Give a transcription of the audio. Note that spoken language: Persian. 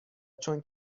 چون